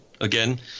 again